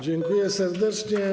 Dziękuję serdecznie.